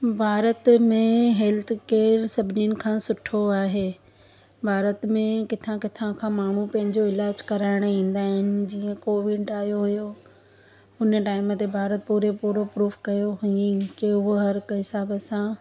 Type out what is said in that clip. भारत में health care सभिनिन खां सुठो आहे भारत में किथां किथां खां माण्हू पंहिंजो इलाजु कराइण ईंदा आहिनि जीअं कोविड आयो हुयो हुन टाइम ते भारत पूरे पूरो प्रूफ कयो हुयईं की उहा हर कंहिं हिसाब सां